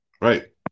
Right